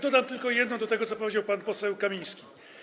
Dodam tylko jedno do tego, co powiedział pan poseł Kamiński.